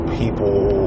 people